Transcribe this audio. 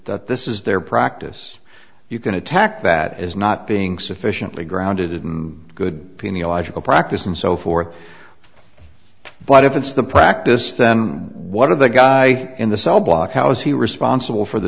that this is their practice you can attack that is not being sufficiently grounded in good pinny a logical practice and so forth but if it's the practice then one of the guy in the cell block how is he responsible for the